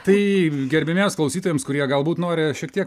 tai gerbiamiems klausytojams kurie galbūt nori šiek tiek